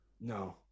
No